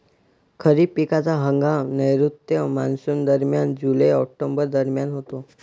खरीप पिकांचा हंगाम नैऋत्य मॉन्सूनदरम्यान जुलै ऑक्टोबर दरम्यान होतो